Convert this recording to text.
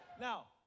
Now